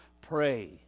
Pray